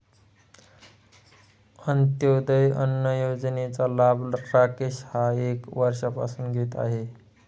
अंत्योदय अन्न योजनेचा लाभ राकेश हा एक वर्षापासून घेत आहे